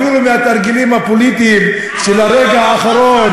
אפילו מהתרגילים הפוליטיים של הרגע האחרון